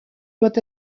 doit